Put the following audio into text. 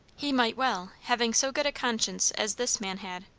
he might well, having so good a conscience as this man had.